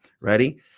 Ready